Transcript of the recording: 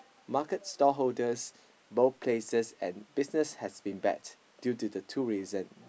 market stall holders both places and business has been bad due to the two reason